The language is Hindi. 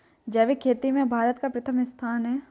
जैविक खेती में भारत का प्रथम स्थान है